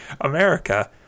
America